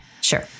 Sure